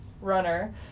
runner